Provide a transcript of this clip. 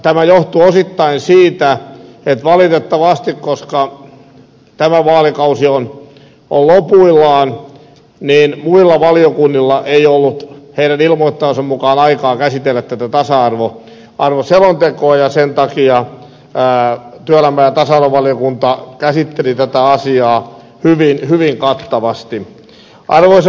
tämä johtuu osittain siitä että valitettavasti koska tämä vaalikausi on lopuillaan muilla valiokunnilla ei ollut heidän ilmoittamansa mukaan aikaa käsitellä tätä tasa arvoselontekoa ja sen takia työelämä ja tasa arvovaliokunta käsitteli tätä asiaa hyvin kattavasti